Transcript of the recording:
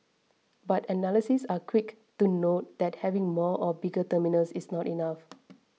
but analysts are quick to note that having more or bigger terminals is not enough